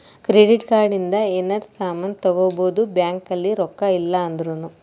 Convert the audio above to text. credit card ಇಂದ ಯೆನರ ಸಾಮನ್ ತಗೊಬೊದು ಬ್ಯಾಂಕ್ ಅಲ್ಲಿ ರೊಕ್ಕ ಇಲ್ಲ ಅಂದೃನು